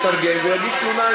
יתרגם ויגיש תלונה,